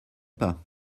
pas